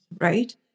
right